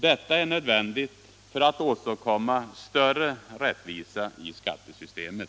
Detta är nödvändigt för att vi skall kunna åstadkomma större rättvisa i skattesystemet.